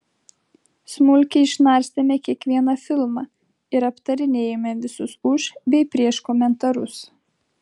smulkiai išnarstėme kiekvieną filmą ir aptarinėjome visus už bei prieš komentarus